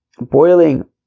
Boiling